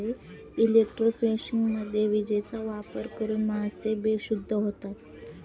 इलेक्ट्रोफिशिंगमध्ये विजेचा वापर करून मासे बेशुद्ध होतात